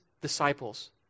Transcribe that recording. disciples